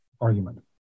argument